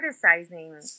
criticizing